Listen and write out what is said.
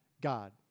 god